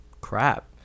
Crap